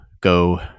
go